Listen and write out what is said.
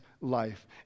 life